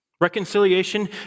Reconciliation